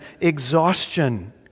exhaustion